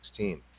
2016